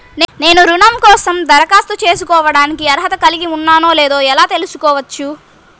నేను రుణం కోసం దరఖాస్తు చేసుకోవడానికి అర్హత కలిగి ఉన్నానో లేదో ఎలా తెలుసుకోవచ్చు?